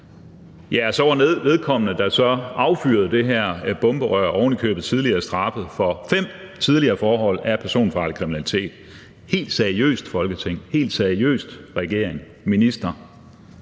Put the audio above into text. og så var vedkommende, der så affyrede det her bomberør, ovenikøbet straffet for fem tidligere forhold af personfarlig kriminalitet. Helt seriøst, Folketing, minister, regering! 60 dages